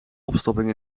opstopping